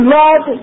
love